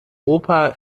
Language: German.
opa